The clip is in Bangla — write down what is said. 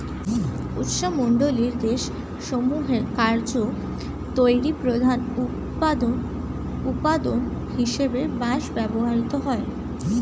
উষ্ণমণ্ডলীয় দেশ সমূহে কাগজ তৈরির প্রধান উপাদান হিসেবে বাঁশ ব্যবহৃত হয়